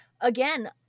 again